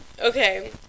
Okay